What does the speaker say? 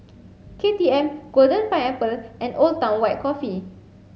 K T M Golden Pineapple and Old Town White Coffee